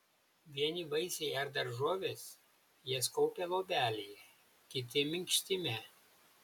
vieni vaisiai ar daržovės jas kaupia luobelėje kiti minkštime